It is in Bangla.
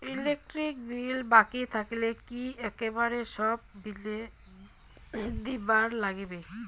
ইলেকট্রিক বিল বাকি থাকিলে কি একেবারে সব বিলে দিবার নাগিবে?